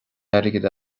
airgead